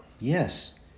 Yes